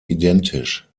identisch